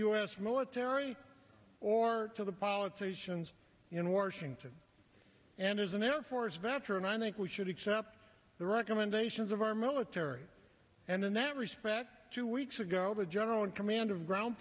us military or to the politicians in washington and as an air force veteran i think we should accept the recommendations of our military and in that respect two weeks ago the general in command of ground